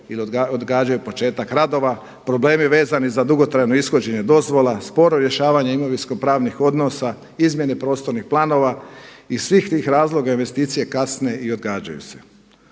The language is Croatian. ili odgađaju početak radova, problemi vezani za dugotrajno ishođenje dozvola, sporo rješavanje imovinskopravnih odnosa, izmjene prostornih planova i iz svih tih razloga investicije kasne i odgađaju se.